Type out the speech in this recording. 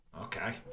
Okay